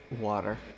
water